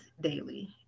daily